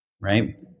right